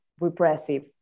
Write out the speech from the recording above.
repressive